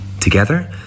Together